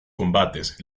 combates